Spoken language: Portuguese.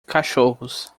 cachorros